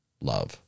love